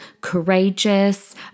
courageous